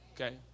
Okay